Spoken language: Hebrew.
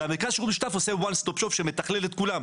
ומרכז השירות המשותף עושה one stop shop שעושה שמתכלל את כולם.